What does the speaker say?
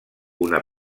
una